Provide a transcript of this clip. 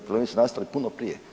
Problemi su nastali puno prije,